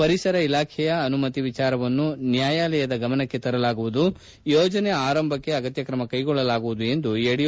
ಪರಿಸರ ಇಲಾಖೆಯ ಅನುಮತಿ ವಿಚಾರವನ್ನು ನ್ಯಾಯಾಲಯದ ಗಮನಕ್ಕೆ ತರಲಾಗುವುದು ಯೋಜನೆ ಆರಂಭಕ್ಕೆ ಅಗತ್ತ ತ್ರಮ ಕೈಗೊಳ್ಳಲಾಗುವುದು ಎಂದು ಯಡಿಯೂರಪ್ಪ ತಿಳಿಸಿದರು